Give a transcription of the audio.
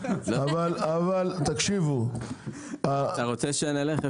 אתה רוצה שנלך?